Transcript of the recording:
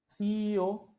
CEO